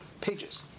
pages